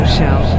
Show